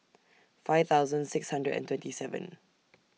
five thousand six hundred and twenty seven